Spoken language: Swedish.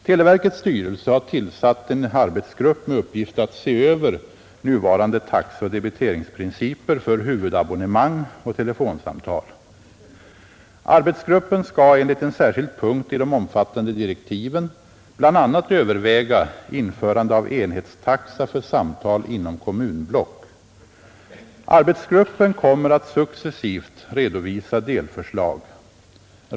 Televerkets styrelse har tillsatt en arbetsgrupp med uppgift att se över nuvarande taxeoch debiteringsprinciper för huvudabonnemang och telefonsamtal. Arbetsgruppen skall — enligt en särskild punkt i de omfattande direktiven — bl.a. överväga införande av enhetstaxa för samtal inom kommunblock. Arbetsgruppen kommer att successivt redovisa delförslag.